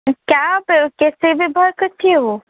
क्या आप